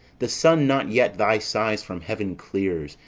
the sun not yet thy sighs from heaven clears,